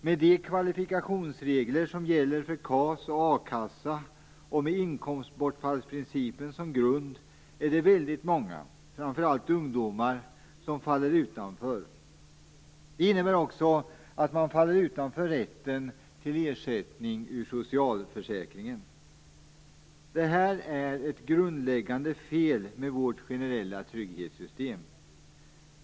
Med de kvalificeringsregler som gäller för KAS och a-kassa och med inkomstbortfallsprincipen som grund är det väldigt många, framför allt ungdomar, som faller utanför. Det innebär också att man faller utanför rätten till ersättning från socialförsäkringen. Detta är ett grundläggande fel med vårt generella trygghetssystem.